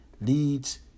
leads